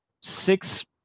six